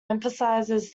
emphasizes